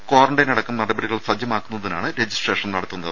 quarantine അടക്കം നടപടികൾ സജ്ജമാക്കുന്നതിനാണ് രജിസ്ട്രേഷൻ നടത്തുന്നത്